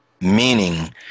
Meaning